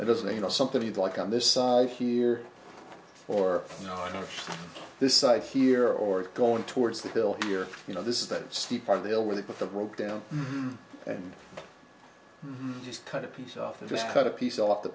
it doesn't you know something you'd like on this side here or you know on this side here or going towards the hill here you know this is that steep part of the hill where they put the rope down and just kind of peace officers cut a piece off the